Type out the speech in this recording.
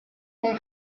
ton